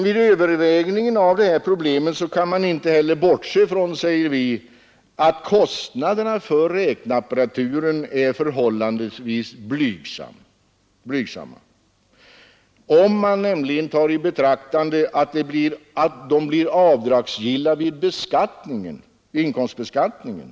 Vid övervägandet av detta problem kan man inte heller bortse från, skriver vi, att kostnaderna för räknarapparaturen är förhållandevis blygsamma, om man beaktar att de blir avdragsgilla vid inkomstbeskattningen.